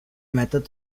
method